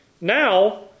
Now